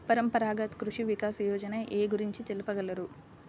పరంపరాగత్ కృషి వికాస్ యోజన ఏ గురించి తెలుపగలరు?